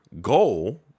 goal